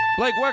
Blake